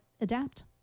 adapt